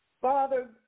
Father